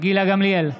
גילה גמליאל,